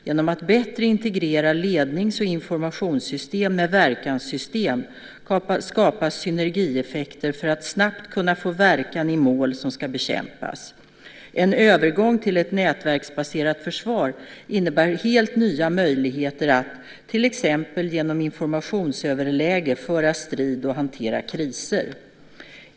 Genom att bättre integrera lednings och informationssystem med verkanssystem skapas synergieffekter för att snabbt kunna få verkan i mål som ska bekämpas. En övergång till ett nätverksbaserat försvar innebär helt nya möjligheter att, till exempel genom informationsöverläge, föra strid och hantera kriser.